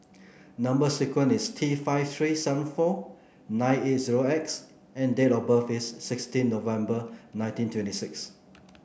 number sequence is T five three seven four nine eight zero X and date of birth is sixteen November nineteen twenty six